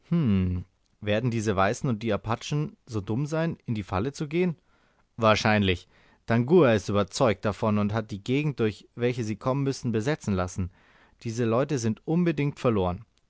werden diese weißen und diese apachen so dumm sein in die falle zu gehen wahrscheinlich tangua ist überzeugt davon und hat die gegend durch welche sie kommen müssen besetzen lassen diese leute sind unbedingt verloren